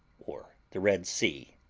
or the red sea,